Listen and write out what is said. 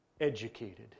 educated